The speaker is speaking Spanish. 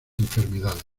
enfermedades